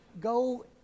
go